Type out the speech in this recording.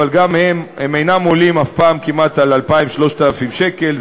הם אינם עולים כמעט אף פעם על 2,000, 3,000 שקל.